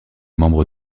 membre